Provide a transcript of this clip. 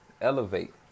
Elevate